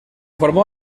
formó